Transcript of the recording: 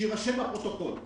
שיירשם בפרוטוקול.